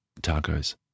tacos